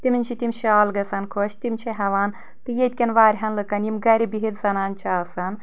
تمن چھِ تم شال گژھان خۄش تِم چھِ ہیٚوان تہٕ ییٚتۍکٮ۪ن واریاہن لُکن یم گرِ بہتھ زنانہٕ چھِ آسان